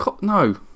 no